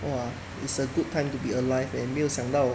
!wah! is a good time to be alive leh 没有想到